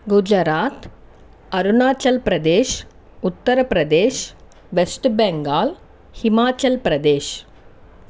Gujarat Arunachal Pradesh Uttar Pradesh West Bengal Himachal Pradesh